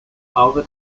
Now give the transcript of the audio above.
over